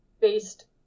based